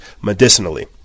medicinally